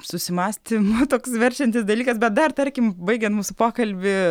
susimąstymui toks verčiantis dalykas bet dar tarkim baigiant mūsų pokalbį